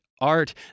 art